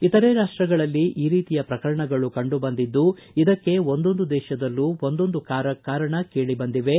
ಇತರೆ ರಾಷ್ಷಗಳಲ್ಲಿ ಈ ರೀತಿಯ ಪ್ರಕರಣಗಳು ಕಂಡು ಬಂದಿದ್ದು ಇದಕ್ಕೆ ಒಂದೊಂದು ದೇಶದಲ್ಲೂ ಒಂದೊಂದು ರೀತಿ ಕಾರಣ ಕೇಳಿ ಬಂದಿವೆ